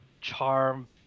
charm